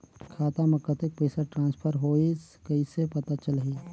खाता म कतेक पइसा ट्रांसफर होईस कइसे पता चलही?